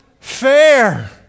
fair